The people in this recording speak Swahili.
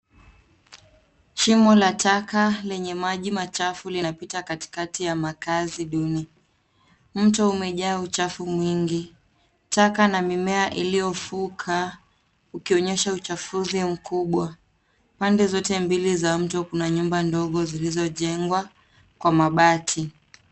Shimo la taka lenye maji machafu linapita katikati ya makazi duni. Mto umejaa uchafu mwingi. Taka na mimea iliyofuka ikionyesha uchafuzi mkubwa. Pande zote za mto kuna nyumba ndogo zilizojengwa kwa mabati.